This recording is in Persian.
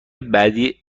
بعدی